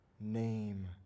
name